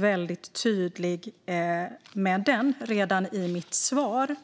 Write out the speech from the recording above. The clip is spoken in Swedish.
väldigt tydlig i mitt inledande svar.